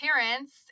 parents